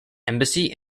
embassy